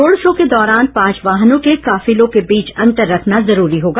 road show के दौरान पांच वाहनों के काफिलों के बीच अन्तर रखना जरूरी होगा